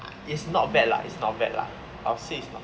it's not bad lah it's not bad lah I'd say it's not